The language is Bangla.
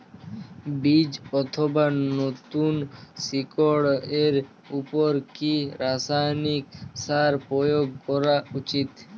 বীজ অথবা নতুন শিকড় এর উপর কি রাসায়ানিক সার প্রয়োগ করা উচিৎ?